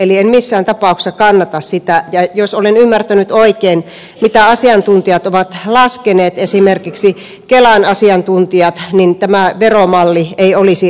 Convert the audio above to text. eli en missään tapauksessa kannata sitä ja jos olen ymmärtänyt oikein mitä asiantuntijat ovat laskeneet esimerkiksi kelan asiantuntijat niin tämä veromalli ei olisi ollenkaan hyvä